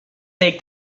take